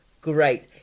great